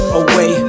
away